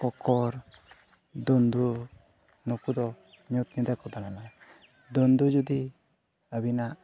ᱠᱚᱠᱚᱨ ᱫᱩᱸᱫᱩ ᱱᱩᱠᱩ ᱫᱚ ᱧᱩᱛ ᱧᱤᱫᱟᱹ ᱠᱚ ᱫᱟᱬᱟᱱᱟ ᱫᱩᱸᱫᱩ ᱡᱩᱫᱤ ᱟᱹᱵᱤᱱᱟᱜ